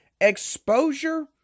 exposure